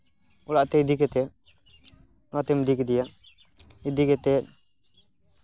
ᱚᱲᱟᱜ ᱛᱮ ᱤᱫᱤ ᱠᱟᱛᱮᱫ ᱚᱲᱟᱜ ᱛᱮᱢ ᱤᱫᱤ ᱠᱮᱫᱮᱭᱟ ᱤᱫᱤ ᱠᱟᱛᱮᱫ